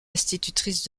institutrice